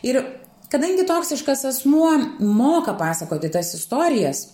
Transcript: ir kadangi toksiškas asmuo moka pasakoti tas istorijas